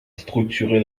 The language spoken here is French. structuré